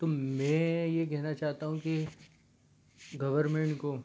तो मैं ये कहना चाहता हूँ कि गवर्मेंट को